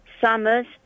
summers